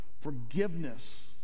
Forgiveness